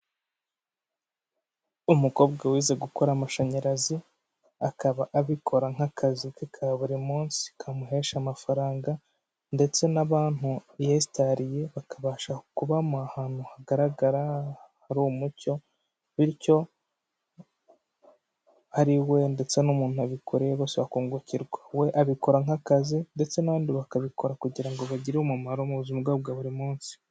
Umukobwa wize gukora amashanyarazi, akaba abikora nk'akazi ke ka buri munsi kamuhesha amafaranga, ndetse n'abantu yesitariye bakabasha kuba ahantu hagaragara hari umucyo, bityo ariwe ndetse n'umuntu abikoreye bose bakungukirwa. We abikora nk'akazi ndetse n'abandi bakabikora kugira ngo bagire umumaro mu buzima bwa bwa buri munsi.